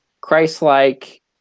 Christ-like